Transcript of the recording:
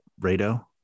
Rado